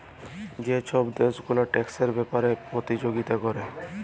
যে ছব দ্যাশ গুলা ট্যাক্সের ব্যাপারে পতিযগিতা ক্যরে